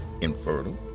infertile